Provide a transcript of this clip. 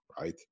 right